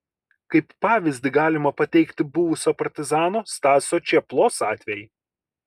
kaip pavyzdį galima pateikti buvusio partizano stasio čėplos atvejį